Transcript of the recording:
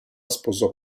sposò